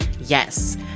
Yes